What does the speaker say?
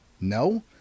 No